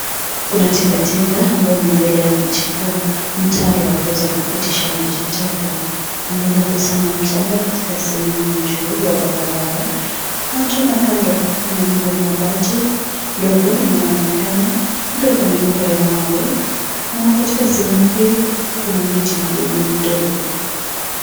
Kuna tinga tinga ambayo inaendelea kuchipua mtaro wa kuweza kupitisha maji taka. Linaweza kusanya mchanga katika sehemu ya juu ya barabara, na tunaona kando kuna nyumba ya mabati ndogo inayoonekana. Kando kuna nyumba ya mawe. Na katika sehemu hii kuna miti midogo midogo.